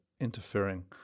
interfering